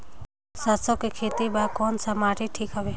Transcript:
सरसो के खेती बार कोन सा माटी ठीक हवे?